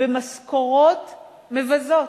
במשכורות מבזות,